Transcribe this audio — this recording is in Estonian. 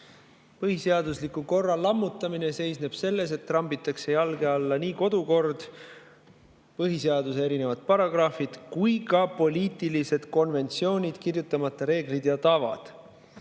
Põhiseadusliku korra lammutamine seisneb selles, et trambitakse jalge alla kodukord, põhiseaduse erinevad paragrahvid ja ka poliitilised konventsioonid, kirjutamata reeglid ja tavad.